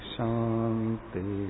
Shanti